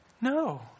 No